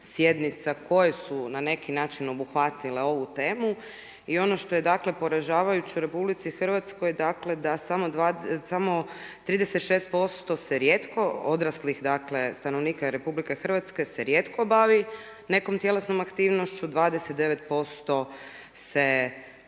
sjednica koje su na neki način obuhvatile ovu temu i ono što je dakle poražavajuće u RH, dakle da samo 36% se rijetko odraslih dakle stanovnika RH se rijetko bavi nekom tjelesnom aktivnošću, 29% se